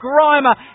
Grimer